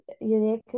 unique